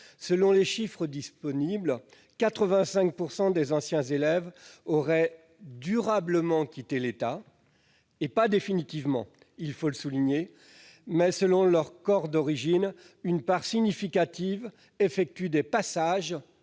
Selon les chiffres disponibles, 85 % des anciens élèves auraient « durablement » quitté l'État, mais pas définitivement, il faut le souligner. Toutefois, selon les corps d'origine, une part significative d'entre eux effectue des « passages